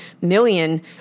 million